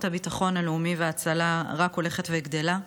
הביטחון הלאומי וההצלה רק הולכת וגדלה.